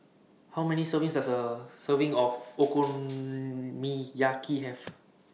How Many servings Does A Serving of Okonomiyaki Have